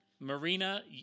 marina